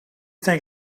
think